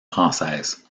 française